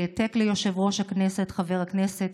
עם העתק ליושב-ראש הכנסת חבר הכנסת